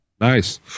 Nice